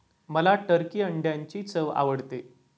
मला टर्की अंड्यांची चव आवडते